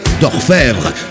d'orfèvre